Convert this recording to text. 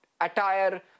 attire